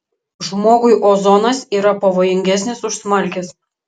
žmogui ozonas yra pavojingesnis už smalkes